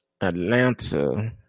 Atlanta